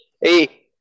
Hey